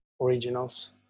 originals